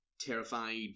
terrified